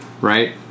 Right